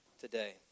today